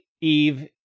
Eve